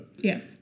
Yes